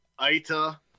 Aita